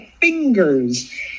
fingers